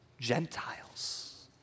Gentiles